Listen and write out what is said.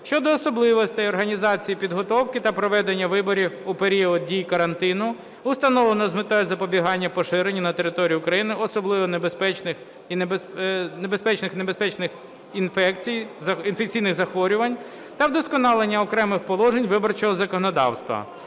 щодо особливостей організації підготовки та проведення виборів у період дії карантину, установленого з метою запобігання поширенню на території України особливо небезпечних і небезпечних інфекційних захворювань, та вдосконалення окремих положень виборчого законодавства